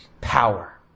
power